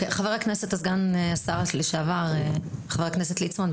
חבר הכנסת, סגן השר לשעבר, יעקב ליצמן.